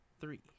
Three